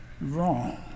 Wrong